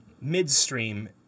midstream